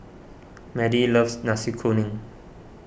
Madie loves Nasi Kuning